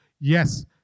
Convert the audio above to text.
Yes